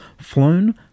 flown